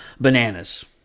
bananas